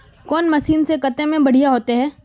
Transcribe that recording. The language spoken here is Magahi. कौन मशीन से कते में बढ़िया होते है?